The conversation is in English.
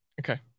Okay